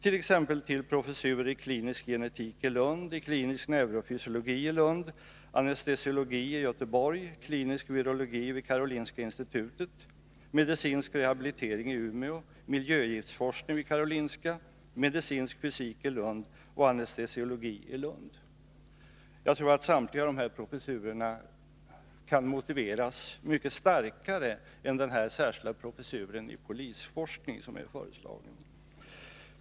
Det är en professur i klinisk genetik i Lund, i klinisk neurofysiologi i Lund, i anestesiologi i Anslag till rikspo Göteborg, i klinisk virologi vid Karolinska institutet, i medicinsk rehabilitering i Umeå, i miljögiftsforskning vid Karolinska institutet, i medicinsk fysik i Lund och i anestesiologi i Lund. Jag tror att samtliga de här professurerna kan motiveras mycket starkare än den professur i polisforskning som nu är föreslagen.